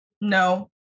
No